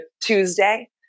Tuesday